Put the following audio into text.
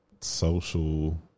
social